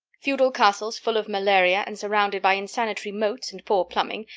feudal castles, full of malaria and surrounded by insanitary moats and poor plumbing,